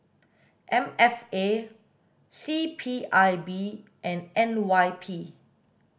M F A C P I B and N Y P